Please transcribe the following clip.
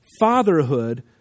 Fatherhood